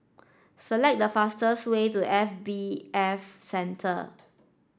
select the fastest way to F B F Center